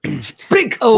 Speak